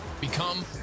Become